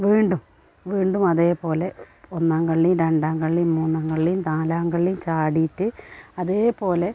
വീണ്ടും വീണ്ടും അതേപോലെ ഒന്നാം കള്ളി രണ്ടാം കള്ളി മൂന്നാം കള്ളി നാലാം കള്ളി ചാടിയിട്ട് അതേപോലെ